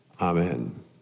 Amen